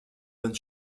bonne